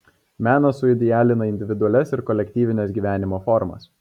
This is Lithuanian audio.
menas suidealina individualias ir kolektyvines gyvenimo formas